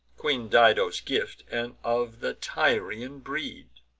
queen dido's gift, and of the tyrian breed.